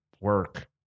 work